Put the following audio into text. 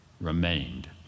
remained